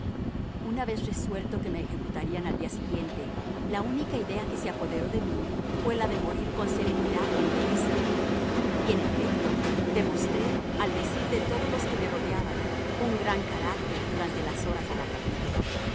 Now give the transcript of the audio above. una vez resuelto que me ejecutarían al día siguiente la única idea que se apoderó de mí fue la de morir con serenidad y entereza y en efecto demostré al decir de todos los que me rodeaban un gran carácter durante las horas de la capilla